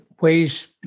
ways